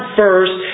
first